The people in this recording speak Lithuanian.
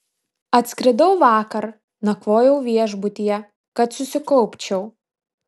atskridau vakar nakvojau viešbutyje kad susikaupčiau